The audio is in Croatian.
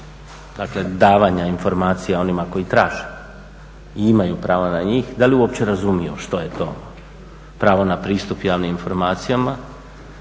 dakle davanja informacija onima koji traže i imaju pravo na njih, da li uopće razumiju što je to pravo na pristup javnim informacijama,